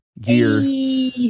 gear